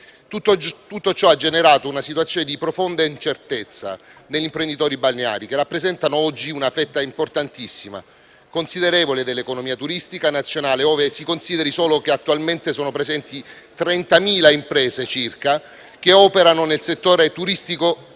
Tutto ciò ha generato una situazione di profonda incertezza negli imprenditori balneari, che rappresentano oggi una fetta importantissima e considerevole dell'economia turistica nazionale. Si consideri che attualmente sono presenti 30.000 imprese circa che operano nel settore turistico-ricreativo-balneare